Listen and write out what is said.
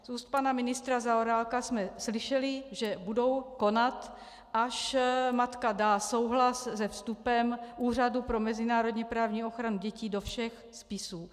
Z úst pana ministra Zaorálka jsme slyšeli, že budou konat, až matka dá souhlas se vstupem Úřadu pro mezinárodněprávní ochranu dětí do všech spisů.